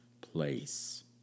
place